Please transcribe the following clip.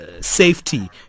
safety